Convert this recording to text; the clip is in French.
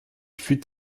fut